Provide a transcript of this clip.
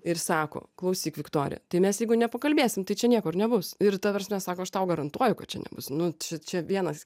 ir sako klausyk viktorija tai mes jeigu ne pakalbėsim tai čia nieko ir nebus ir ta prasme sako aš tau garantuoju kad čia nebus nu čia čia vienas